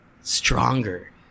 stronger